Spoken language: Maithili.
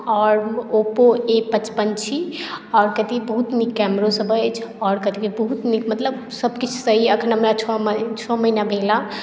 आओर ओप्पो ए पचपन छी आओर कथी बहुत नीक कैमरोसभ अछि आओर कथी कही बहुत नीक सभकिछु सही एखन हमरा छओ मही छओ महीना भेल हेँ